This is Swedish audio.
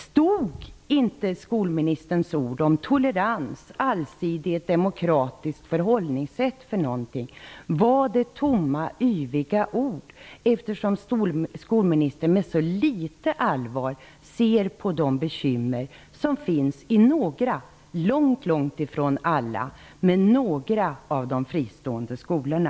Stod inte skolministerns ord om tolerans, allsidighet och ett demokratiskt förhållningssätt för något? Var det tomma, yviga ord, eftersom skolministern med så litet allvar ser på de bekymmer som finns i några -- långt ifrån alla -- av de fristående skolorna?